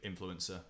influencer